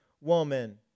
woman